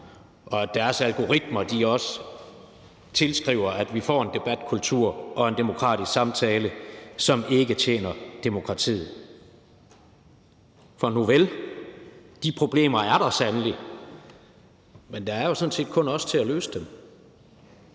at deres algoritmer tilskriver, at vi får en debatkultur og en demokratisk samtale, som ikke tjener demokratiet. For nuvel, de problemer er der sandelig, men der er jo sådan set kun os til at løse dem.